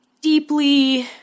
deeply